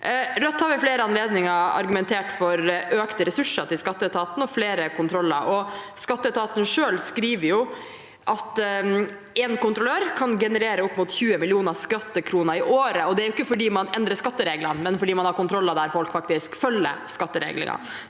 anledninger argumentert for økte ressurser til skatteetaten og flere kontroller. Skatteetaten selv skriver at en kontrollør kan generere opp mot 20 millioner skattekroner i året, og det er ikke fordi man endrer skattereglene, men fordi man har kontroller der folk faktisk følger skattereglene.